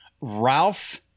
Ralph